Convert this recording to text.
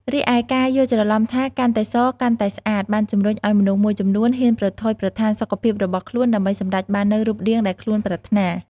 រីឯការយល់ច្រឡំថា "កាន់តែស កាន់តែស្អាត" បានជំរុញឱ្យមនុស្សមួយចំនួនហ៊ានប្រថុយប្រថានសុខភាពរបស់ខ្លួនដើម្បីសម្រេចបាននូវរូបរាងដែលខ្លួនប្រាថ្នា។